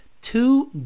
Two